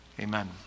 Amen